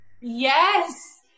Yes